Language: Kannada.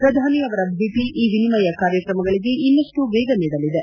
ಪ್ರಧಾನಿ ಅವರ ಭೇಟಿ ಈ ವಿನಿಯಮ ಕಾರ್ನಕ್ರಮಗಳಿಗೆ ಇನ್ನಷ್ಟು ವೇಗ ನೀಡಲಿದೆ